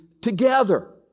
together